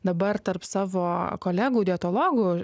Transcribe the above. dabar tarp savo kolegų dietologų